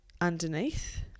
underneath